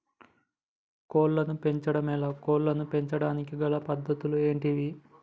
కోళ్లను పెంచడం ఎలా, కోళ్లను పెంచడానికి గల పద్ధతులు ఏంటివి?